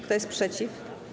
Kto jest przeciw?